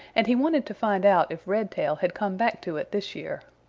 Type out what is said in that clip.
and he wanted to find out if redtail had come back to it this year.